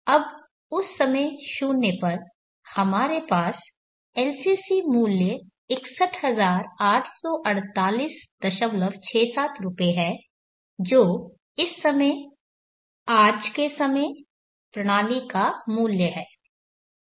अब उस समय शून्य पर हमारे पास LCC मूल्य 6184867 रुपये है जो इस समय आज के समय प्रणाली का मूल्य है